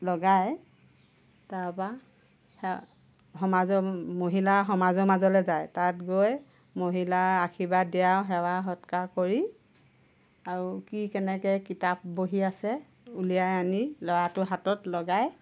লগাই তাৰ পৰা সেৱা সমাজৰ মহিলা সমাজৰ মাজলৈ যায় তাত গৈ মহিলা আশীৰ্বাদ দিয়ে আৰু সেৱা সৎকাৰ কৰি আৰু কি কেনেকৈ কিতাপ বহী আছে উলিয়াই আনি ল'ৰাটোৰ হাতত লগাই